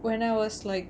when I was like